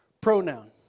pronoun